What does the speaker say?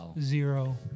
zero